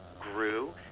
grew